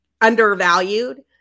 undervalued